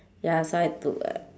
ya I took like